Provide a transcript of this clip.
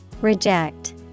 Reject